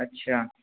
اچھا